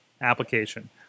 application